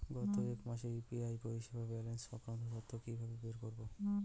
গত এক মাসের ইউ.পি.আই পরিষেবার ব্যালান্স সংক্রান্ত তথ্য কি কিভাবে বের করব?